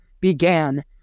began